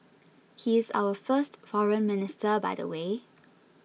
he is our first Foreign Minister by the way